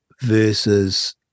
versus